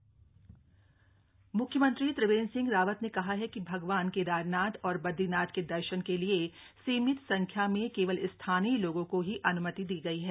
CM on yatra मुख्यमंत्री त्रिवेन्द्र सिंह रावत ने कहा है कि भगवान केदारनाथ और बदरीनाथ के दर्शन के लिए सीमित संख्या में केवल स्थानीय लोगों को ही अन्मति दी गई है